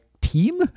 team